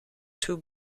two